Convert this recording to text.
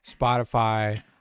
spotify